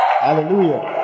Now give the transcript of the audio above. Hallelujah